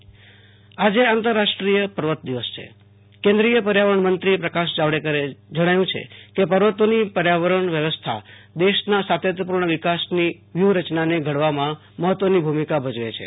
આશુતોષ અંતાણી આંતરરાષ્ટ્રીય પર્વત દિવસ પર્યાવરણ મંત્રી પ્રકાશ જાવડેકરે જણાવ્યું છે કે પર્વતોની પર્યાવરણ વ્યવસ્થા દેશનાં સાતત્યપૂર્ણ વિકાસની વ્યૂહરયનાને ધડવામાં મહત્વની ભૂમિકા ભજવે છે